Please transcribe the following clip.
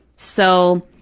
so,